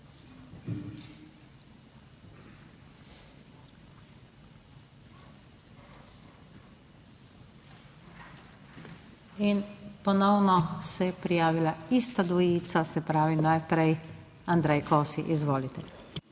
In ponovno se je prijavila ista dvojica, se pravi najprej Andrej Kosi. Izvolite.